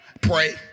Pray